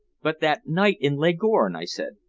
but that night in leghorn? i said.